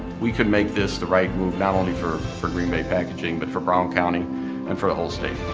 we could make this the right move not only for for green bay packaging, but for brown county and for the whole state.